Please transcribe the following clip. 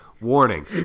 warning